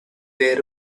their